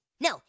No